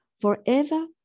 forever